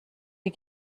die